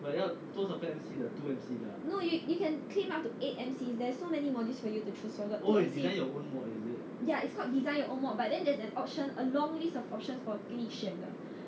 no you you can claim up to eight M_C there's so many modules for you to choose from got ya it's called design your own mod but then there's a option a long list of options for 给你选的